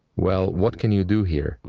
well, what can you do here?